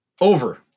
Over